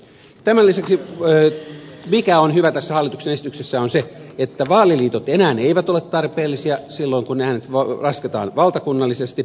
tämän lisäksi mikä on hyvää tässä hallituksen esityksessä on se että vaaliliitot enää eivät ole tarpeellisia silloin kun äänet lasketaan valtakunnallisesti